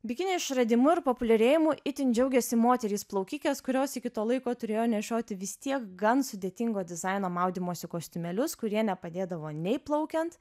bikini išradimu ir populiarėjimu itin džiaugėsi moterys plaukikės kurios iki to laiko turėjo nešioti vis tiek gan sudėtingo dizaino maudymosi kostiumėlius kurie nepadėdavo nei plaukiant